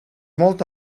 molt